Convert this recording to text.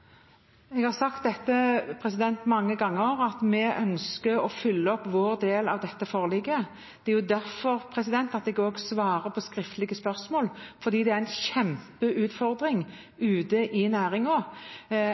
Jeg har sagt mange ganger at vi ønsker å oppfylle vår del av forliket. Det er derfor jeg også svarer på skriftlige spørsmål – fordi det er en